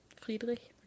Friedrich